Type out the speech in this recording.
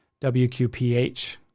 WQPH